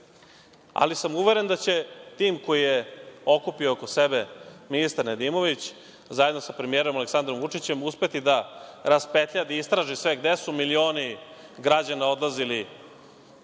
ali sam uveren da će tim koji je okupio oko sebe ministar Nedimović zajedno sa premijerom Aleksandrom Vučićem uspeti da raspetlja, da istraži sve gde su milioni građana odlazili